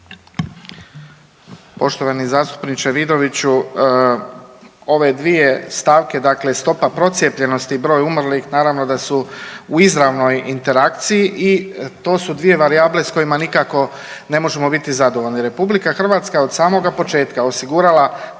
Poštovani zastupniče Vidoviću, ove dvije stavke, dakle stopa procijepljenosti i broj umrlih naravno da su u izravnoj interakciji i to su dvije varijable sa kojima nikako ne možemo biti zadovoljni. Republika Hrvatska je od samoga početka osigurala